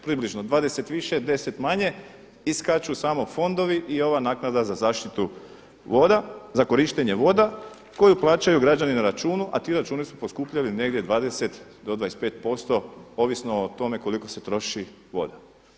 Približno 20 više, 10 manje, iskaču samo fondovi i ova naknada za zaštitu voda za korištenje voda koju plaćaju građani na računu a ti računi su poskupjeli negdje 20 do 25% ovisno o tome koliko se troši voda.